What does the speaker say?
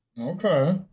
Okay